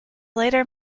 later